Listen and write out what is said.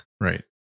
Right